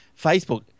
Facebook